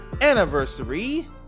anniversary